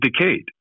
decayed